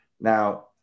Now